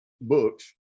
books